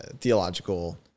theological